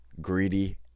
greedy